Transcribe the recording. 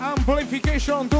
Amplification